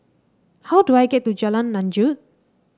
how do I get to Jalan Lanjut